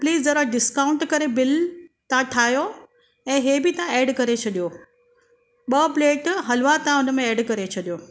police ज़रा discount करे bill तव्हां ठाहियो ऐं हे बि तव्हां ऐड करे छॾियो ॿ प्लेट हलवा तव्हां उनमें ऐड करे छॾियो